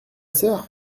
sœur